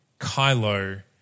Kylo